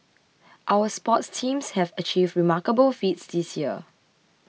our sports teams have achieved remarkable feats this year